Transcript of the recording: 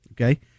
okay